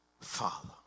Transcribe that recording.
father